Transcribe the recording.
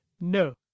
No